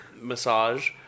massage